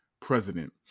president